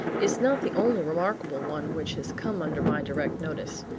is not the only remarkable one which has come under my direct notice.